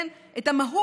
כן, את המהות,